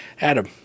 adam